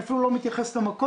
אני אפילו לא מתייחס למקור.